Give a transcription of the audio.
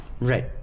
Right